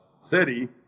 city